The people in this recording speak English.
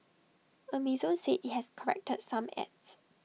Amazon said IT has corrected some ads